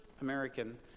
American